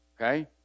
okay